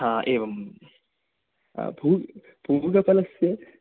हा एवं फू पूगफलस्य